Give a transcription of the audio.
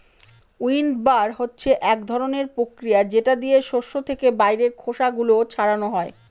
উইন্ডবার হচ্ছে এক ধরনের প্রক্রিয়া যেটা দিয়ে শস্য থেকে বাইরের খোসা গুলো ছাড়ানো হয়